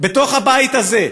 בתוך הבית הזה,